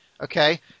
Okay